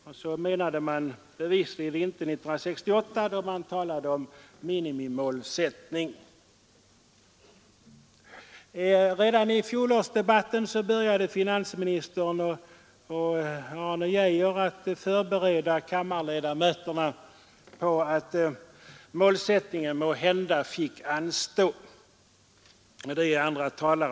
Men det menade man bevisligen inte 1968, då man talade om minimimålsättning. Redan i fjolårsdebatten började finansministern och Arne Geijer att förbereda kammarens ledamöter på att det måhända fick anstå med att uppnå målet.